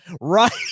right